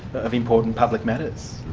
of important public matters?